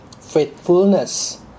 faithfulness